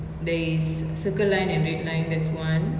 there is circle line and red line that's one